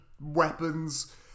weapons